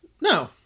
No